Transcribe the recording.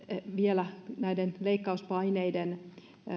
vielä näiden leikkauspaineiden